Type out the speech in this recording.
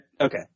Okay